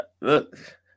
look